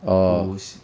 who's